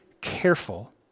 careful